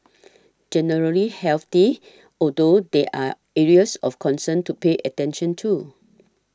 generally healthy although there are areas of concern to pay attention to